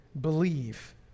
believe